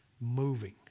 moving